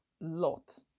lot